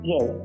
Yes